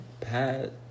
Pat